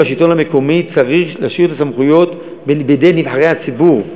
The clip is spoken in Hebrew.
בשלטון המקומי צריך להשאיר את הסמכויות בידי נבחרי הציבור.